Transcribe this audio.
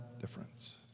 difference